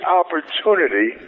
opportunity